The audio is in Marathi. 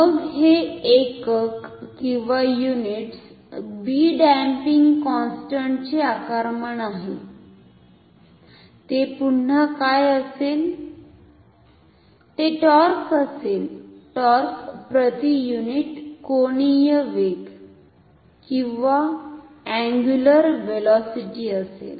मग हे एककयुनिट्स b डॅम्पिंग कॉन्स्टंटचे आकारमान आहे ते पुन्हा काय असेल ते टॉर्क असेल टॉर्क प्रति युनिट कोणीय वेग अंगुलर व्हेलॉसिटी असेल